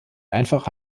einfache